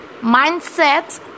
mindset